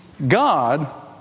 God